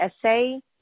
essay